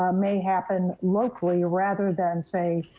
ah may happen locally rather than, say,